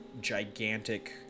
gigantic